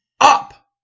up